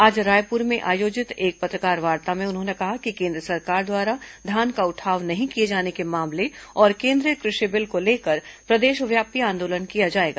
आज रायपुर में आयोजित एक पत्रकारवार्ता में उन्होंने कहा कि केन्द्र सरकार द्वारा धान का उठाव नहीं किए जाने के मामले और केंद्रीय कृषि बिल को लेकर प्रदेशव्यापी आंदोलन किया जाएगा